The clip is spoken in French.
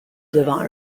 devant